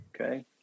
Okay